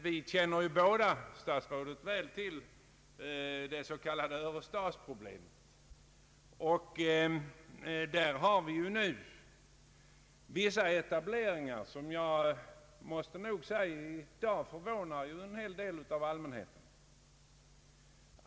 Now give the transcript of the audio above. Vi känner ju båda till det s.k. Örestadsproblemet. Inom det området förekommer vissa eta bleringar som i dag förvånar åtskilliga människor.